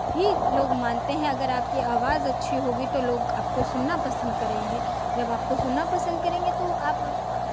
ही लोग मानते हैं अगर आपकी आवाज अच्छी होगी तो लोग आपको सुनना पसंद करेंगे जब आपको सुनना पसंद करेंगे तो आप